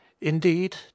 Indeed